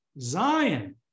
Zion